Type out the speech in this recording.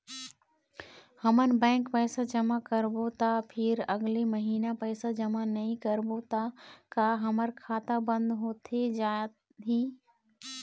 हमन बैंक पैसा जमा करबो ता फिर अगले महीना पैसा जमा नई करबो ता का हमर खाता बंद होथे जाही?